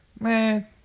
man